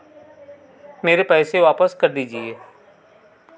मेरे पैसे वापस कर दीजिए